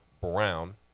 Brown